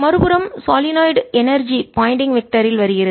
மறுபுறம் solenoid energy Poynting vector இல் திசையன் வருகிறது